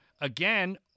again